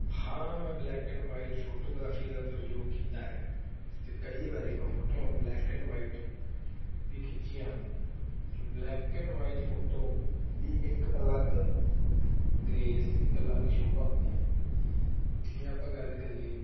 ਹਾਂ ਮੈਂ black and white photography ਦਾ ਪ੍ਰਯੋਗ ਕੀਤਾ ਹੈ ਅਤੇ ਕਈ ਵਾਰ ਮੈਂ ਫੋਟੋਆਂ ਬਲੈਕ ਐਂਡ ਵਾਈਟ ਵੀ ਖਿੱਚੀਆਂ ਹਨ ਬਲੈਕ ਐਂਡ ਵਾਈਟ ਫੋਟੋ ਦੀ ਇੱਕ ਅਲੱਗ ਗਰੇਸ ਇੱਕ ਅਲੱਗ ਸ਼ੋਭਾ ਹੁੰਦੀ ਹੈ ਜਿਵੇਂ ਆਪਾਂ ਗੱਲ ਕਰੀਏ